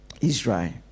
israel